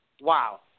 wow